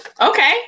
Okay